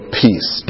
peace